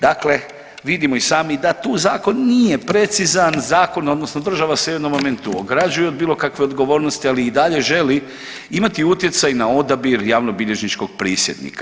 Dakle, vidimo i sami da tu zakon nije precizan, zakon odnosno država se u jednom momentu ograđuje od bilo kakve odgovornosti ali i dalje želi imati utjecaj na odabir javnobilježničkog prisjednika.